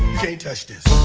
touch this